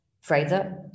Fraser